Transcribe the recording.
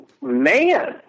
man